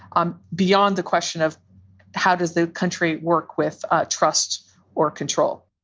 um beyond the question of how does the country work with ah trust or control?